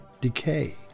decay